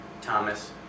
Thomas